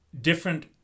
different